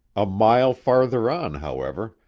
a mile farther on, however,